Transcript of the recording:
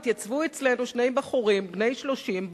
התייצבו אצלנו שני בחורים בני 30,